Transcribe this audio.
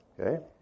Okay